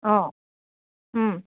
অঁ